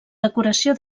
decoració